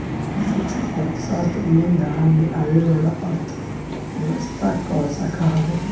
सूक्ष्म अर्थशास्त्र मेन धारा में आवे वाला अर्थव्यवस्था कअ शाखा हवे